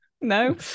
No